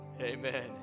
Amen